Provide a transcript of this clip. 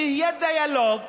שיהיה דיאלוג,